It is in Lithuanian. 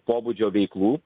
pobūdžio veiklų